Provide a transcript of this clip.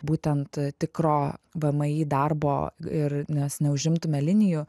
būtent tikro vmi darbo ir mes neužimtume linijų